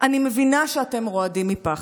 אני מבינה שאתם רועדים מפחד.